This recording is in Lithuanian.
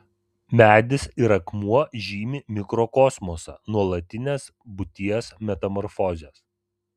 medis ir akmuo žymi mikrokosmosą nuolatines būties metamorfozes